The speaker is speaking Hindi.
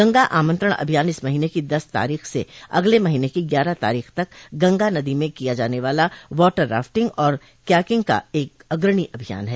गंगा आमंत्रण अभियान इस महीने की दस तारीख से अगले महीने की ग्यारह ताॅरीख तक गंगा नदी में किया जाने वाला वाटर रॉफ्टिंग और क्याकिंग का एक अग्रणी अभियान है